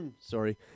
sorry